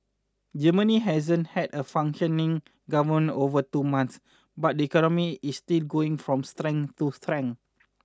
Germany hasn't had a functioning government over two months but the economy is still going from strength to strength